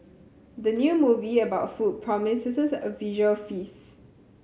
the new movie about food promises a visual feast